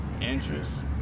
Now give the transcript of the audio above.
interest